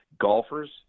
golfers